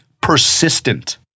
persistent